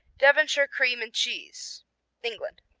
devonshire cream and cheese england